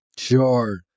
Sure